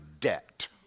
debt